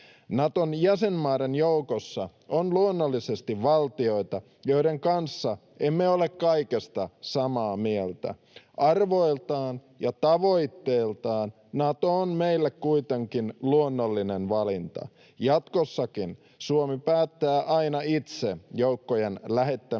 Naton jäsenmaiden joukossa on luonnollisesti valtioita, joiden kanssa emme ole kaikesta samaa mieltä. Arvoiltaan ja tavoitteiltaan Nato on meille kuitenkin luonnollinen valinta. Jatkossakin Suomi päättää aina itse joukkojen lähettämisestä